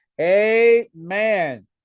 amen